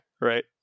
right